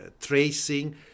tracing